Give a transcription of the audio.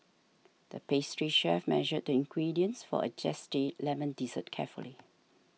the pastry chef measured the ingredients for a Zesty Lemon Dessert carefully